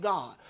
God